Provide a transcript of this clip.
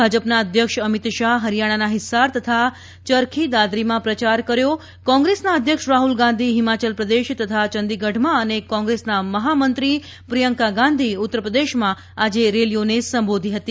ભાજપના અધ્યક્ષ અમિત શાફ ફરીયાણાના ફિસ્સાર તથા ચરખી દાદરીમાં પ્રચાર કર્યો કોંગ્રેસના અધ્યક્ષ રાફ્લ ગાંધી ફિમાચલ પ્રદેશ તથા ચંડીગઢમાં અને કોંગ્રેસના મફામંત્રી પ્રિયંકા ગાંધી ઉત્તરપ્રદેશમાં આજે રેલીઓને સંબોધી ફતી